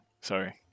Sorry